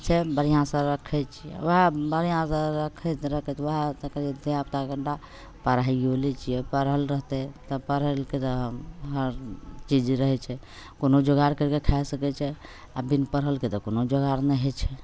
छै बढ़िआँसे राखै छिए वएह बढ़िआँसे रखैत रखैत वएह कहलिए धिआपुता कनिटा पढ़ाइओ लै छिए पढ़ल रहतै तब पढ़लके तऽ हर चीज रहै छै कोनो जोगार करिके खा सकै छै आओर बिनु पढ़लके तऽ कोनो जोगार नहि होइ छै